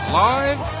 live